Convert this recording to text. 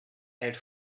elle